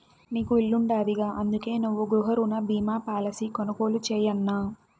నీకు ఇల్లుండాదిగా, అందుకే నువ్వు గృహరుణ బీమా పాలసీ కొనుగోలు చేయన్నా